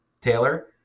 Taylor